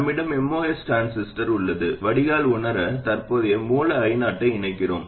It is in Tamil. நம்மிடம் MOS டிரான்சிஸ்டர் உள்ளது வடிகால் உணர தற்போதைய மூல I0 ஐ இணைக்கிறோம்